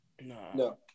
No